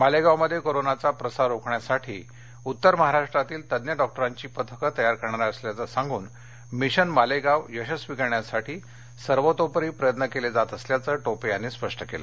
मालेगावमध्ये कोरोनाचा प्रसार रोखण्यासाठी उत्तर महाराष्ट्रातील तज्ज्ञ डॉक्टरांची पथकं तयार करणार असल्याचं सांगून मिशन मालेगाव यशस्वी करण्यासाठी सर्वतोपरी प्रयत्न केले जात असल्याचं टोपे यांनी स्पष्ट केलं